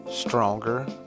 stronger